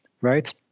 right